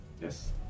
Yes